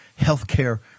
healthcare